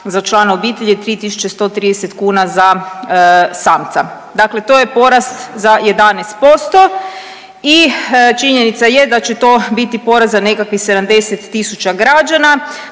za člana obitelji, 3.130 kuna za samca. Dakle, to je porast za 11% i činjenica je da će to biti porast za nekakvih 70 tisuća građana.